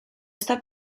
esta